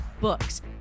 books